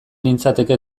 nintzateke